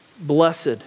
Blessed